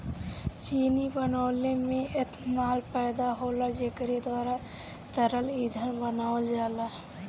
चीनी बनवले में एथनाल पैदा होला जेकरे द्वारा तरल ईंधन बनावल जाला